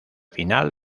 final